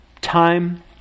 Time